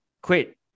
quit